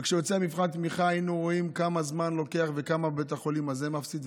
וכשיוצא מבחן התמיכה ראינו כמה זמן לוקח וכמה בית החולים הזה מפסיד,